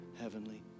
heavenly